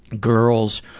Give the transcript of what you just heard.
girls